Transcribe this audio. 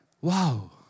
Wow